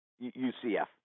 UCF